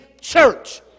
church